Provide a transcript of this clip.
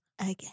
again